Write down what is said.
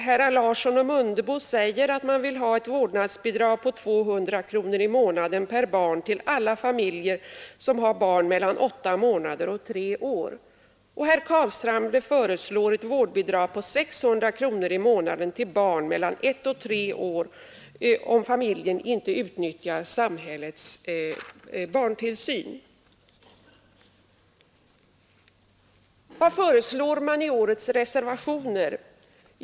Herr Larsson i Borrby och herr Mundebo säger där att man vill ha ett vårdnadsbidrag på 200 kronor i månaden per barn till alla familjer som har barn mellan åtta månader och tre år. Och herr Carlshamre föreslår ett vårdbidrag på 600 kronor i månaden till barn mellan ett och tre år, om familjen inte utnyttjar samhällets barntillsyn. Och vad föreslår man då i årets reservationer?